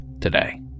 today